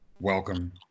Welcome